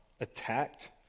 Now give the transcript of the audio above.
attacked